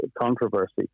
controversy